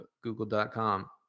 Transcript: google.com